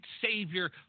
savior